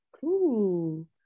Cool